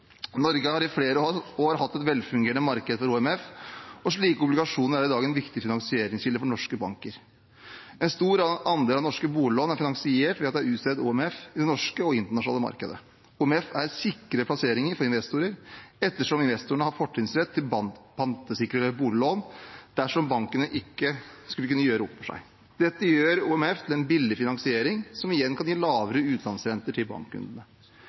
Norge har i flere år hatt et velfungerende marked for OMF, og slike obligasjoner er i dag en viktig finansieringskilde for norske banker. En stor andel av norske boliglån er finansiert ved at det er utstedt OMF i det norske og internasjonale markedet. OMF er sikre plasseringer for investorer, ettersom investorene har fortrinnsrett til pantesikrede boliglån dersom banken ikke skulle kunne gjøre opp for seg. Dette gjør OMF til en billig finansiering, som igjen kan gi lavere utlånsrenter til bankkundene.